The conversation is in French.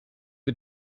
que